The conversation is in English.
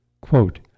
Quote